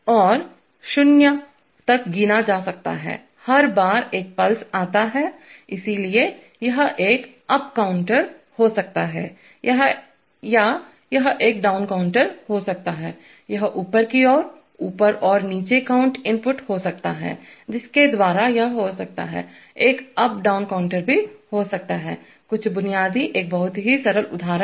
और यह शून्य तक गिना जा सकता है हर बार एक पल्स आता है इसलिए यह एक अप काउंटर हो सकता है या यह एक डाउन काउंटर हो सकता है यह ऊपर की ओर ऊपर और नीचे काउंट इनपुट हो सकता है जिसके द्वारा यह हो सकता है एक अप डाउन काउंटर भी हो सकता है कुछ बुनियादी एक बहुत ही सरल उदाहरण